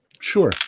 Sure